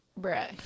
bruh